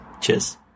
Cheers